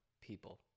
people